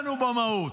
במהות.